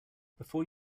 before